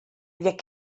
wir